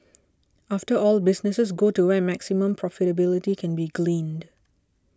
after all businesses go to where maximum profitability can be gleaned